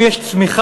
אם יש צמיחה,